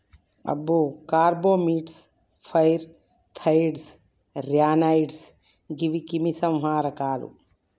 అబ్బో carbamates, pyrethroids, ryanoids గీవి క్రిమి సంహారకాలు